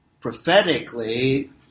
prophetically